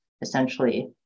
essentially